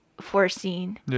foreseen